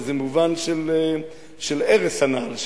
זה מובן של הרס הנעל,